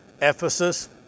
Ephesus